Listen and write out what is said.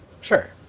Sure